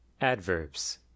ADVERBS